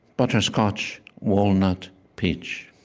butterscotch, walnut, peach